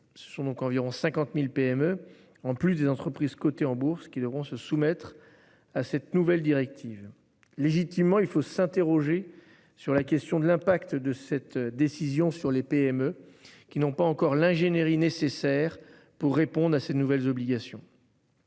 Ce sont donc environ 50.000 PME en plus des entreprises cotées en bourse qui devront se soumettre. À cette nouvelle directive légitimement il faut s'interroger sur la question de l'impact de cette décision sur les PME qui n'ont pas encore l'ingénierie nécessaires pour répondre à ces nouvelles obligations.